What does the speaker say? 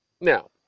Now